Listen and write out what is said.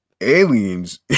Aliens